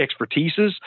expertises